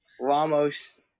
Ramos